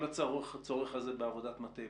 כל הצורך בעבודת מטה,